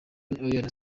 alyn